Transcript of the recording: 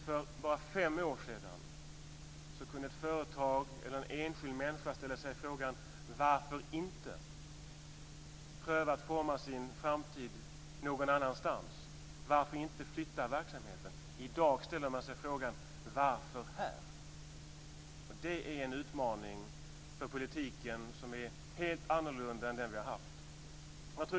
För bara fem år sedan kunde ett företag eller en enskild människa fråga sig: Varför inte pröva att forma sin framtid någon annanstans? Varför inte flytta verksamheten? I dag ställer man sig frågan: Varför här? Det är en utmaning för politiken som är helt annorlunda än den vi har haft.